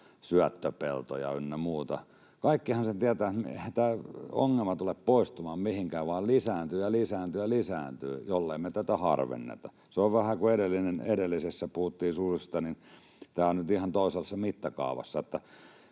syöttöpeltoja ynnä muuta. Kaikkihan sen tietävät, että eihän tämä ongelma tule poistumaan mihinkään, vaan lisääntyy ja lisääntyy ja lisääntyy, jollei me tätä harvenneta. Se on vähän samoin kuin edellisessä puhuttiin susista, mutta tämä on nyt ihan toisessa mittakaavassa.